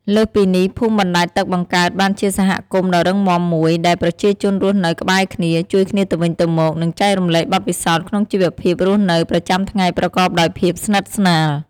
លើសពីនេះ ភូមិបណ្ដែតទឹកបង្កើតបានជាសហគមន៍ដ៏រឹងមាំមួយ ដែលប្រជាជនរស់នៅក្បែរគ្នា ជួយគ្នាទៅវិញទៅមក និងចែករំលែកបទពិសោធន៍ក្នុងជីវភាពរស់នៅប្រចាំថ្ងៃប្រកបដោយភាពស្និទ្ធស្នាល។